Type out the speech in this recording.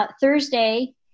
Thursday